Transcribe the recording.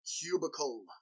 cubicle